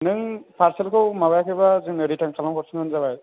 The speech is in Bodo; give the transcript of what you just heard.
नों पारसेलखौ माबायाखैब्ला जोंनो रिटार्न खालामहरफिनबानो जाबाय